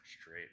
straight